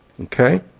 Okay